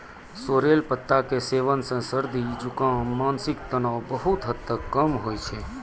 sorrel पत्ता के सेवन सॅ सर्दी, जुकाम, मानसिक तनाव बहुत हद तक कम होय छै